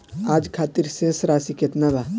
आज खातिर शेष राशि केतना बा?